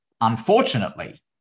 unfortunately